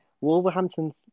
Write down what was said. Wolverhampton's